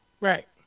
Right